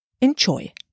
enjoy